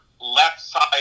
left-side